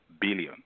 billion